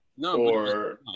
No